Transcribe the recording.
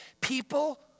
people